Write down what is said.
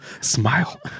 smile